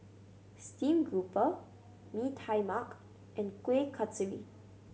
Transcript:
stream grouper Mee Tai Mak and Kuih Kasturi